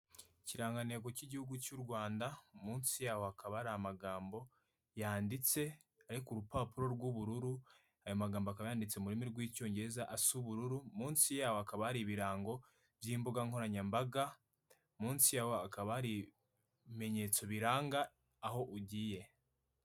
Ikirangantego cy'igihugu cy'u Rwanda, munsi yaho hakaba hari amagambo yanditse, ari ku rupapuro rw'ubururu, ayo magambo akaba yanditse mu rurimi rw'Icyongereza, asa ubrururu, munsi yaho kababa hari ibirango by'imbuga nkoranyambaga, munsi yaho kababa hari ibimenyetso biranga aho ugiye.